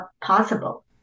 possible